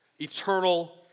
Eternal